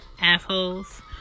assholes